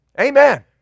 Amen